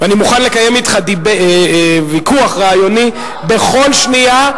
אני מוכן לקיים אתך ויכוח רעיוני בכל שנייה,